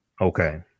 okay